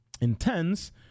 intense